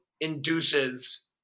induces